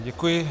Děkuji.